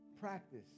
practice